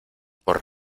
por